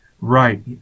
Right